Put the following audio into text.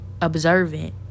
observant